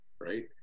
right